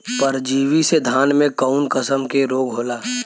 परजीवी से धान में कऊन कसम के रोग होला?